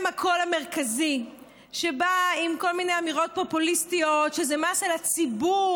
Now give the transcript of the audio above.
הם הקול המרכזי שבא עם כל מיני אמירות פופוליסטיות שזה מס על הציבור,